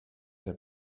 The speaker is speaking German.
der